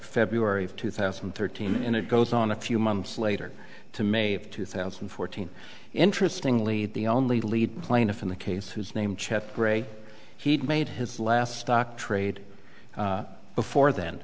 february of two thousand and thirteen and it goes on a few months later to may of two thousand and fourteen interesting lead the only lead plaintiff in the case whose name chet gray he'd made his last stock trade before then